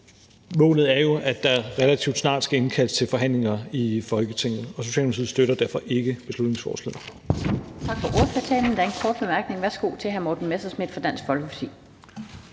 målet er jo, at der relativt snart skal indkaldes til forhandlinger i Folketinget. Socialdemokratiet støtter derfor ikke beslutningsforslaget.